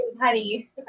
honey